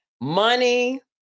money